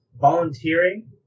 Volunteering